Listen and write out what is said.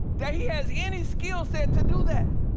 that he has any skillset to do that.